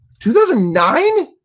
2009